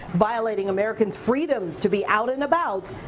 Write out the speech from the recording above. violating americans' freedoms to be out and about.